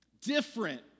different